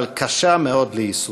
אבל קשה מאוד ליישום.